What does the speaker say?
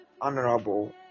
honorable